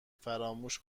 فراموش